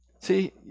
See